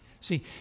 See